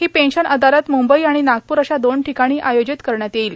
ही pension अदालत मुंबई आणि नागपूर अशा दोन ठिकाणी आयोजित करण्यात येईल